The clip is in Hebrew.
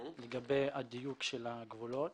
לגבי הדיוק של הגבולות.